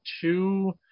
two